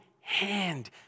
hand